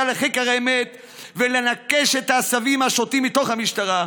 לחקר האמת ולנכש את העשבים השוטים מתוך המשטרה.